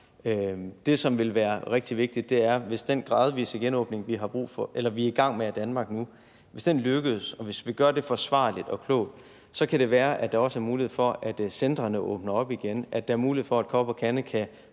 det, som vil være rigtig vigtigt, er, at hvis den gradvise genåbning, vi er i gang med i Danmark nu, lykkes, og hvis vi gør det forsvarligt og klogt, så kan det være, at der også er mulighed for, at centrene åbner op igen, og at der er mulighed for, at Kop & Kande kan